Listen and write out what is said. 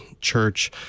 Church